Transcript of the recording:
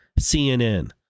CNN